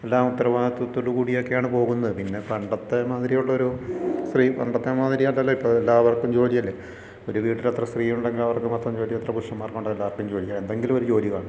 എല്ലാം ഉത്തരവാദിത്വത്തോടു കൂടി ഒക്കെയാണ് പോകുന്നത് പിന്നെ പണ്ടത്തെ മാതിരി ഉള്ളൊരു സ്ത്രീ പണ്ടത്തെ മാതിരി അല്ലല്ലോ ഇപ്പോൾ എല്ലാവർക്കും ജോലിയല്ലേ ഒരു വീട്ടിൽ എത്ര സ്ത്രീ ഉണ്ടെങ്കിൽ അവർക്ക് വീട്ടിൽ മൊത്തം എത്ര പുരുഷന്മാർക്കുണ്ടോ എല്ലാവർക്കും ജോലിയാണ് എന്തെങ്കിലും ഒരു ജോലി കാണും